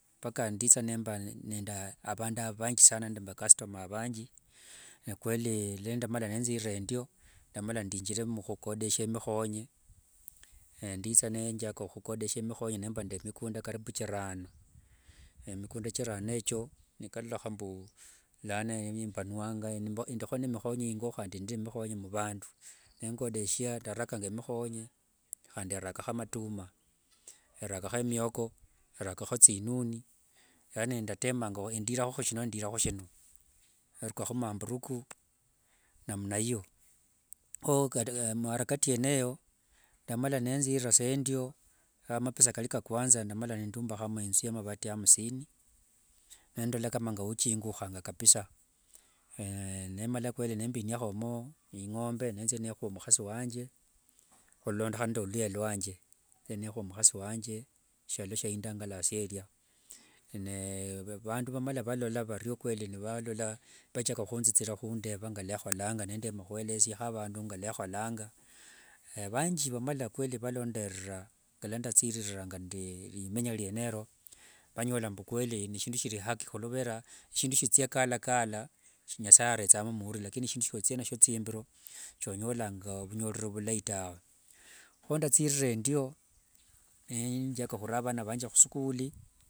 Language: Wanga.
Mpaka tsinza nimba nende avandu avangi saaana vacustomer avangi, kweli lwe ndamala ninzirira endio, ndamala ndinjire muhukodeshia mihonye nditsa ninjaka hukodeshia mihonye nimba nde mikunda karibu chirano. emikunda chirano echo nikaloloha mbu lano embanuanga, endiho nemihonye ingo handi endi nemihonye muvandu, nengodeshya ndarakanga emihonye handi erakaho amatumwa, erakaho emioko, erakaho tsinuni, yaaani ndatemanga endiraho hushino, endiraho hushino, erukaho maavuruku, namna hiyo, ho muarakati yene eyo ndaamala netsirira sa endio, kata mapesa kari ka kwanza ndaamala neyumbahira inzu ya amavati hamsini, nendola kama nge uchinguha kabisaa, naye nemala kweli nembinyahomo ing'ombe nenzia neehwa omuhasi wanje hulondokhana nde luyia lwanje nenzia neehwa omuhasi wanje shialo shie indangalasia eria. Naye vandu vamala valola vario kweli nivalola, vachaka hunzitsira nivandeva ngelwaholanga nendema huelezaho avandu ngelwaeholanga, naye vanji kweli vaamala valondorera ngalwa ndatsiriranga nde rimenya riene erio, nivanyola mbu kweli neshindu shiri haki huvera eshindu shitsia kala kala nyasaye aretsamo muuru, lakini shindu shiotsianasio tsimbiro soonyolanga vunyorero vulayi tawe. Ho ndatsirira endio nenjaka hura avana vange muskuli.